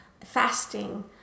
fasting